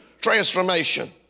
transformation